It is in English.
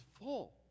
full